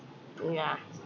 mm yeah